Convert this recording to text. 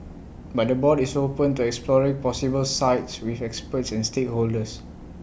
but the board is open to exploring possible sites with experts and stakeholders